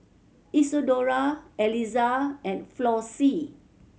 Isadora Aliza and Flossie